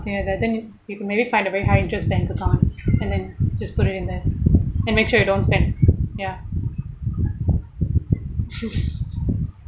~thing like that then you can maybe find a very high interest bank account and then just put it in there and make sure you don't spend ya